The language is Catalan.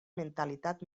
mentalitat